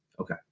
Okay